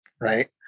Right